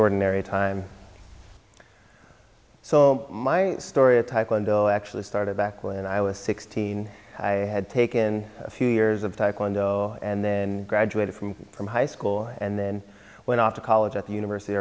extraordinarily time so my story of taekwondo actually started back when i was sixteen i had taken a few years of taekwondo and then graduated from from high school and then went off to college at the university of